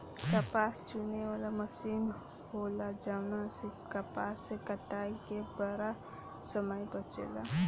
कपास चुने वाला मशीन होला जवना से कपास के कटाई के बेरा समय बचेला